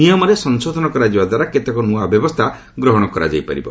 ନିଅମରେ ସଂଶୋଧନ କରାଯିବା ଦ୍ୱାରା କେତେକ ନୃଆ ବ୍ୟବସ୍ଥା ଗ୍ରହଣ କରାଯାଇ ପାରିବ